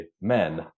men